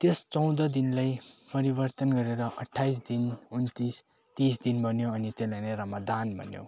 त्यस चौध दिनलाई परिवर्तन गरेर अट्ठाइस दिन उन्तिस तिस दिन बन्यो अनि त्यसलाई नै रमदान भन्यो